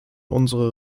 unsere